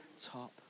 top